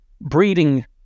breeding